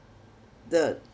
the